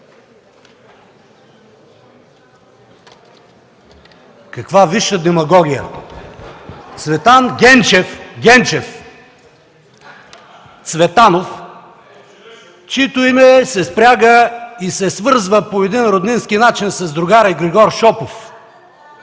Каква висша демагогия! Цветан Генчев Цветанов, чието име се спряга и се свързва по един роднински начин с другаря Григор Шопов